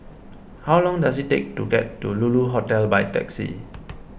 how long does it take to get to Lulu Hotel by taxi